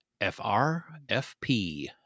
FRFP